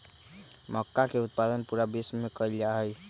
मक्का के उत्पादन पूरा विश्व में कइल जाहई